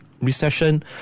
recession